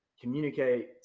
communicate